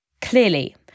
Clearly